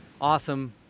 awesome